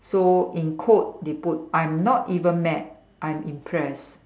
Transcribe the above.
so in quote they put I'm not even mad I'm impressed